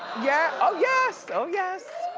yeah, oh yes, oh yes.